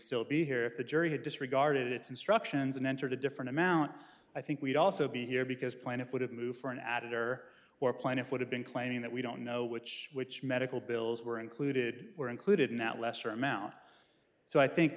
still be here if the jury had disregarded its instructions and entered a different amount i think we'd also be here because plaintiff would have moved for an added or or plaintiff would have been claiming that we don't know which which medical bills were included were included in that lesser amount so i think